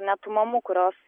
net mamų kurios